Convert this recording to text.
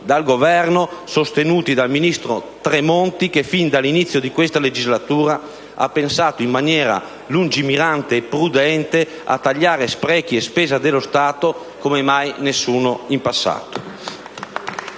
dal Governo, sostenuti dal ministro Tremonti che, fin dall'inizio di questa legislatura, ha pensato in maniera lungimirante e prudente a tagliare sprechi e spese dello Stato come mai nessuno in passato.